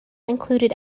included